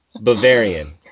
Bavarian